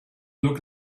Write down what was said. look